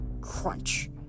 crunch